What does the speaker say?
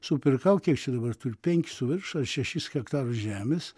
supirkau kiek čia dabar turiu penkis su virš ar šešis hetraus žemės